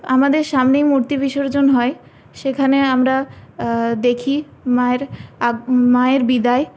আমাদের সামনেই মূর্তি বিসর্জন হয় সেখানে আমরা দেখি মায়ের আগ মায়ের বিদায়